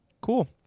cool